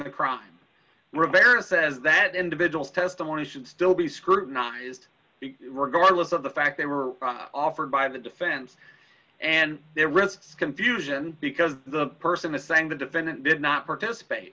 the crime rivera says that individual testimony should still be scrutinized regardless of the fact they were offered by the defense and their wrists confusion because the person is saying the defendant did not participate